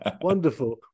Wonderful